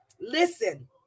Listen